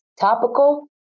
topical